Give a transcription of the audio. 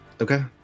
Okay